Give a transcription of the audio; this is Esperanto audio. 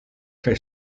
kaj